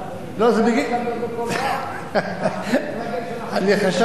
חשבתי שזה מפני שאני נמוך ואני קרוב בגובה, לא.